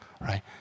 Right